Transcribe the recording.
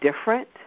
different